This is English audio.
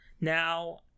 now